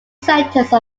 sentence